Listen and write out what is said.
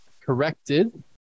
corrected